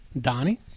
Donnie